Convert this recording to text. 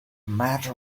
matter